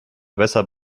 besser